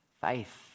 Faith